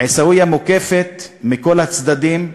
עיסאוויה מוקפת מכל הצדדים: